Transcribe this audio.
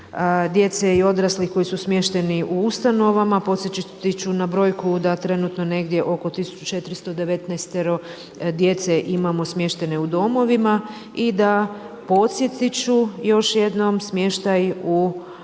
djece i odraslih koji su smješteni u ustanovama. Podsjetit ću na brojku da trenutno negdje oko 1419 djece imamo smještene u domovima i da, podsjetit ću još jednom, smještaj u domove,